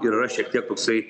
ir yra šiek tiek toksai